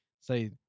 Say